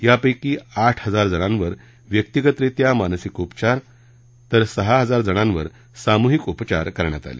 यापैकी आठ हजार जणांवर व्यक्तिगतरित्या मानसिक उपचार तर सहा हजार जणांवर सामुहिक उपचार करण्यात आले